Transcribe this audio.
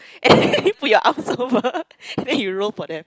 put your arms over and then you roll for them